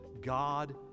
God